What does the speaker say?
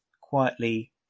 quietly